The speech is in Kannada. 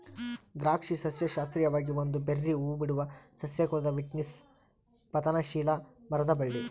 ದ್ರಾಕ್ಷಿ ಸಸ್ಯಶಾಸ್ತ್ರೀಯವಾಗಿ ಒಂದು ಬೆರ್ರೀ ಹೂಬಿಡುವ ಸಸ್ಯ ಕುಲದ ವಿಟಿಸ್ನ ಪತನಶೀಲ ಮರದ ಬಳ್ಳಿ